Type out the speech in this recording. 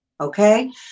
Okay